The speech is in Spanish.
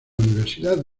universidad